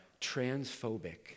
transphobic